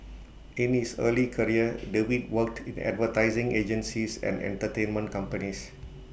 in his early career David worked in advertising agencies and entertainment companies